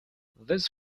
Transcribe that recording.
this